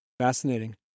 fascinating